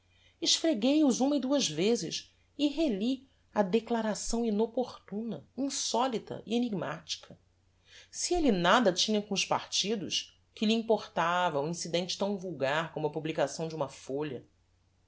esfreguei os uma e duas vezes e reli a declaração inopportuna insolita e enigmatica se elle nada tinha com os partidos que lhe importava um incidente tão vulgar como a publicação de uma folha